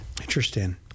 Interesting